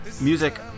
music